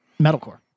Metalcore